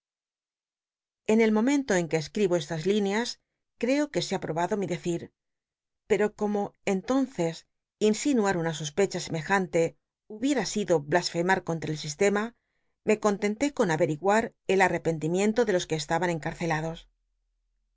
en el momento en que escribo estas linea creo que se ba probado mi decit pct'o como cnlonccs in inuar una sospecha semejante hubiera sic lo blasfemar contta el sistema me contenté con avcri guar el arrepentimiento de los c uc eslaban